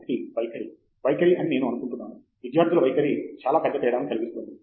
ఒకటి వైఖరి వైఖరి అని నేను అనుకుంటున్నాను విద్యార్థుల వైఖరి చాలా పెద్ద తేడాను కలిగిస్తుంది